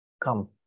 come